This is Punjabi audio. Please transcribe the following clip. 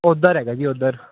ਉਧਰ ਹੈਗਾ ਜੀ ਉਧਰ